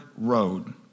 road